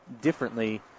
differently